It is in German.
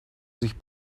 sich